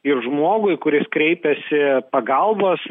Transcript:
ir žmogui kuris kreipiasi pagalbos